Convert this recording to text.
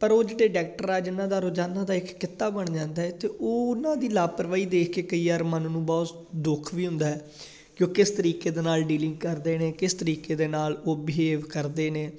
ਪਰ ਉਹ ਡਾਕਟਰ ਆ ਜਿਨ੍ਹਾਂ ਦਾ ਰੋਜ਼ਾਨਾ ਦਾ ਇੱਕ ਕਿੱਤਾ ਬਣ ਜਾਂਦਾ ਅਤੇ ਉਹਨਾਂ ਦੀ ਲਾਪਰਵਾਹੀ ਦੇਖ ਕੇ ਕਈ ਵਾਰ ਮਨ ਨੂੰ ਬਹੁਤ ਦੁੱਖ ਵੀ ਹੁੰਦਾ ਕਿ ਉਹ ਕਿਸ ਤਰੀਕੇ ਦੇ ਨਾਲ ਡੀਲਿੰਗ ਕਰਦੇ ਨੇ ਕਿਸ ਤਰੀਕੇ ਦੇ ਨਾਲ ਉਹ ਬਿਹੇਵ ਕਰਦੇ ਨੇ